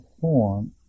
form